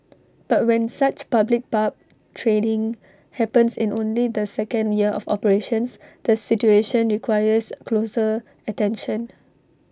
but when such public barb trading happens in only the second year of operations the situation requires closer attention